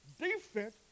Defense